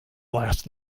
last